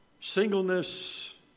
singleness